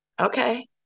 Okay